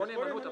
חשבון נאמנות.